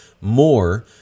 more